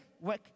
work